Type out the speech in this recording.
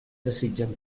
desitgen